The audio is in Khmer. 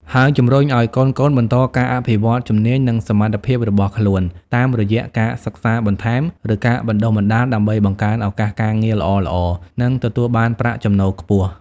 ហើយជំរុញឱ្យកូនៗបន្តការអភិវឌ្ឍជំនាញ និងសមត្ថភាពរបស់ខ្លួនតាមរយៈការសិក្សាបន្ថែម ឬការបណ្ដុះបណ្ដាល ដើម្បីបង្កើនឱកាសការងារល្អៗ និងទទួលបានប្រាក់ចំណូលខ្ពស់។